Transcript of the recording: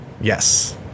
Yes